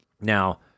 Now